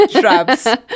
Shrubs